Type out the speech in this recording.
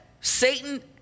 Satan